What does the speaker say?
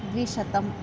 द्विशतं